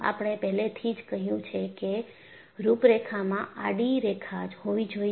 આપણે પહેલેથી જ કહ્યું છે કે રૂપરેખામાં આડી રેખા હોવી જોઈએ